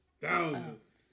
thousands